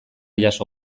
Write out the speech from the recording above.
jaso